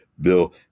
Bill